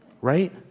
Right